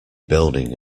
building